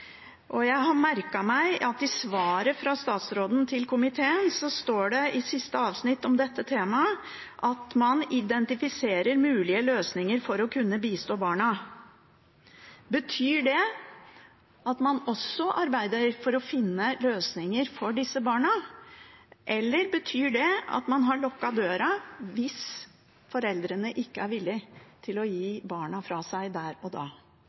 det? Jeg har merket meg at i svaret fra statsråden til komiteen står det i siste avsnitt om dette tema at man skal «identifisere mulige løsninger for å kunne bistå barna». Betyr det at man også arbeider for å finne løsninger for disse barna, eller betyr det at man har lukket døren hvis foreldrene ikke er villig til å gi barna fra seg der og da?